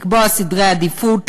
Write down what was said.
לקבוע סדרי עדיפות,